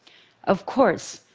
of course,